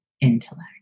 intellect